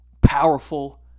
powerful